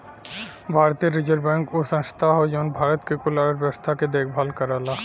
भारतीय Reserve Bank उ संस्था हौ जौन भारत के कुल अर्थव्यवस्था के देखभाल करला